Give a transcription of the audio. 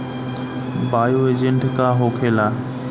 Bio agent का होखेला?